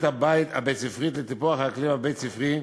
הבית-ספרית לטיפוח האקלים הבית-ספרי,